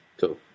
cool